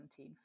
2017